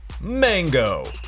mango